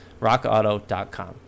rockauto.com